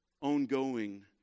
ongoing